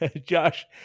Josh